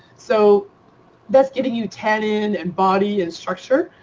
so that's getting you tannin and body and structure.